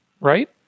right